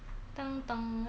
就这样 lah